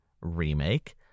Remake